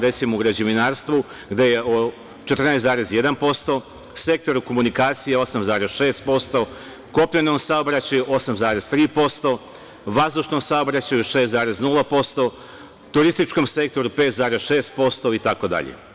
Recimo, u građevinarstvu - 14,1%, sektor komunikacija - 8,6%, u kopnenom saobraćaju - 8,3%, vazdušnom saobraćaju - 6,0%, turističkom sektoru - 5,6% itd.